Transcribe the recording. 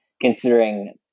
considering